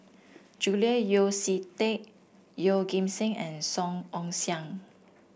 Julian Yeo See Teck Yeoh Ghim Seng and Song Ong Siang